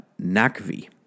Nakvi